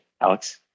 Alex